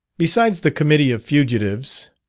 besides the committee of fugitives,